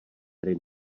hry